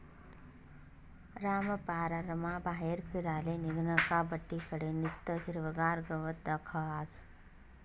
रामपाररमा बाहेर फिराले निंघनं का बठ्ठी कडे निस्तं हिरवंगार गवत दखास